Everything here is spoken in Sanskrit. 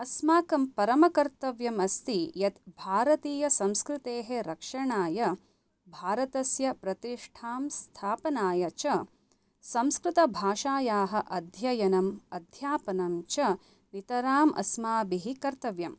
अस्माकं परमकर्तव्यम् अस्ति यत् भारतीयसंस्कृतेः रक्षणाय भारतस्य प्रतिष्ठां स्थापनाय च संस्कृतभाषायाः अध्ययनम् अध्यापनं च नितराम् अस्माभिः कर्तव्यम्